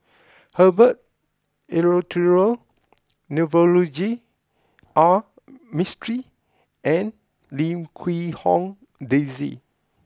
Herbert Eleuterio Navroji R Mistri and Lim Quee Hong Daisy